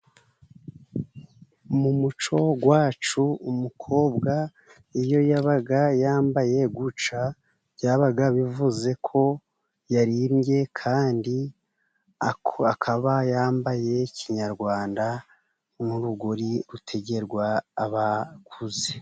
Mu muco wacu umukobwa iyo yabaga yambaye gutya, byabaga bivuze ko yarimbye kandi akaba yambaye kinyarwanda nk'urugori rutegerwa abakuze.